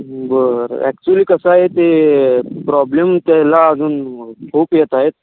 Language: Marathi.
बरं ॲक्चुअली कसं आहे ते प्रॉब्लेम त्याला अजून खूप येता आहेत